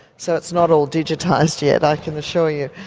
so it's not all digitised yet, i can assure you.